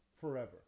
forever